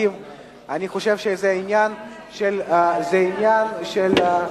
אני חושב שזה עניין של שיתוף פעולה,